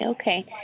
okay